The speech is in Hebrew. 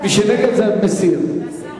מי שנגד, זה הסרה.